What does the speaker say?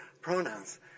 pronouns